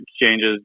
exchanges